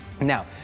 Now